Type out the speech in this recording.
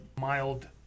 mild